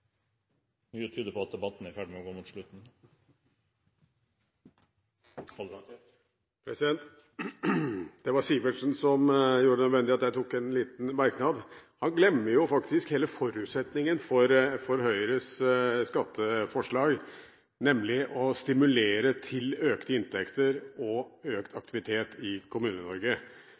Mye tyder på at debatten er i ferd med å gå mot slutten. Det var Sivertsen som gjorde det nødvendig å ta en liten merknad. Han glemmer hele forutsetningen for Høyres skatteforslag, nemlig å stimulere til økte inntekter og økt aktivitet i